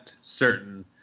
certain